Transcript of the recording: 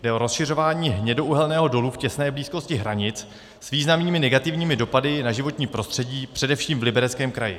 Jde o rozšiřování hnědouhelného dolu v těsné blízkosti hranic s významnými negativními dopady na životní prostředí především v Libereckém kraji.